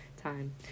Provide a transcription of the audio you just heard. time